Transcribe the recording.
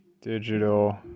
Digital